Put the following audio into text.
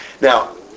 Now